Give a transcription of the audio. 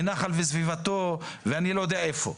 ונחל וסביבתו ואני לא יודע מה.